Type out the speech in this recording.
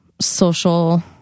social